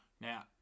Now